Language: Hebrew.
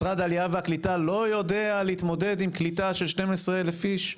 משרד העלייה והקליטה לא יודע להתמודד עם קליטה של 12,000 איש?